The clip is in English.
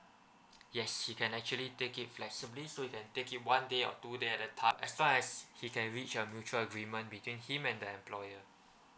yes he can actually take it flexibly so he can take it one day or two day at the as long as he can reach a mutual agreement between him and the employer